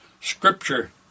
scripture